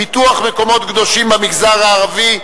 פיתוח מקומות קדושים במגזר הערבי.